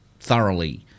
thoroughly